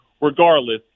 regardless –